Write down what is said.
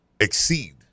exceed